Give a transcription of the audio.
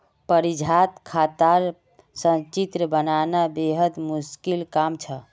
परीक्षात खातार संचित्र बनाना बेहद मुश्किल काम छ